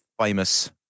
famous